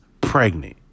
pregnant